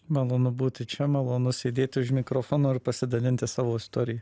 malonu būti čia malonu sėdėti už mikrofono ir pasidalinti savo istorija